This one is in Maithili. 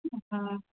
हाँ